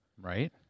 Right